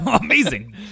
Amazing